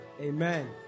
Amen